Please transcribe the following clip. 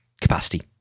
capacity